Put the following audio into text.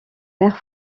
mère